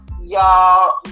y'all